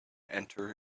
enter